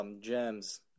gems